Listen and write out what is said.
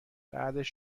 بعدش